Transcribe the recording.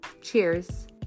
Cheers